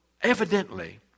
evidently